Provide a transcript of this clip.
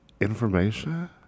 Information